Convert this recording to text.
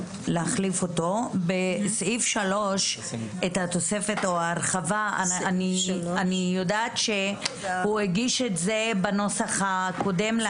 לגבי סעיף 3 התוספת וההרחבה אני יודעת שהוא הגיש את זה בנוסח הקודם.